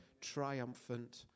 triumphant